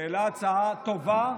שהעלה הצעה טובה,